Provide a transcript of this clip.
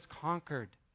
conquered